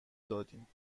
دادیم